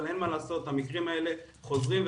אבל לצערי המקרים האלה חוזרים,